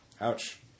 Ouch